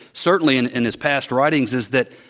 certainly in in his past writings is that,